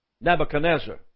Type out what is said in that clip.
Nebuchadnezzar